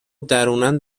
درونن